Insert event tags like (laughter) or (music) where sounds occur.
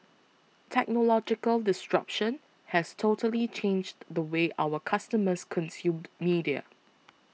technological (unintelligible) has totally changed the way our customers consumed media